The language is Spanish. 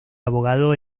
abogado